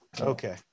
Okay